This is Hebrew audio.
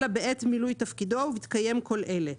אלא בעת מילוי תפקידו ובהתקיים כל אלה: